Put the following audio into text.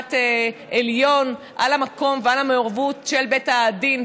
משפט עליון על המקום ועל המעורבות של בית הדין,